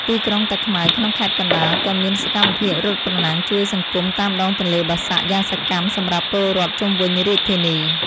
ទីក្រុងតាខ្មៅក្នុងខេត្តកណ្តាល ក៏មានសកម្មភាពរត់ប្រណាំងជួយសង្គមតាមដងទន្លេបាសាក់យ៉ាងសកម្មសម្រាប់ពលរដ្ឋជុំវិញរាជធានី។